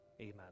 Amen